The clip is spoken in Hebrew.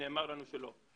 אבל נאמר לנו שלא.